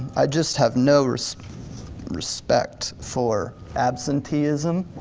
i just have no respect respect for absenteeism,